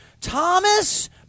Thomas